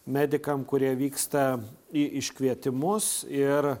medikam kurie vyksta į iškvietimus ir